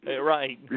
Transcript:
Right